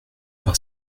par